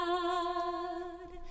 God